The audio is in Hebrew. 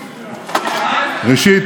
ראשית,